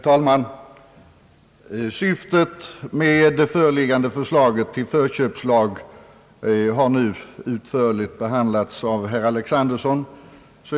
Herr talman! Syftet med det föreliggande förslaget till förköpslag har nu utförligt behandlats av herr Alexanderson.